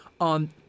on